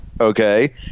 Okay